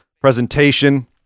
presentation